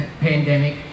pandemic